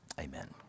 amen